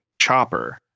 chopper